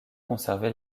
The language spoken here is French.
conserver